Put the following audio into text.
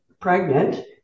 pregnant